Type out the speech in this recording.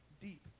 deep